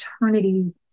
eternity